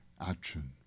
action